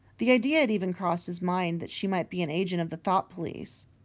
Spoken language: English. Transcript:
the idea had even crossed his mind that she might be an agent of the thought police.